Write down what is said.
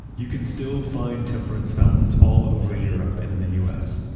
you can still find temperance fountains all over europe and in the us.